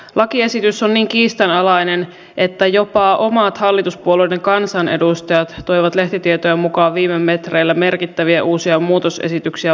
lakiesitys on niin kiistanalainen että jopa omat hallituspuolueiden kansanedustajat toivat lehtitietojen mukaan viime metreillä merkittäviä uusia muutosesityksiä valiokuntaan